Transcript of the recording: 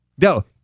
no